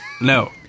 No